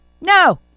no